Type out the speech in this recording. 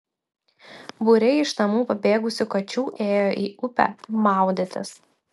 būriai iš namų pabėgusių kačių ėjo į upę maudytis